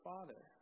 Father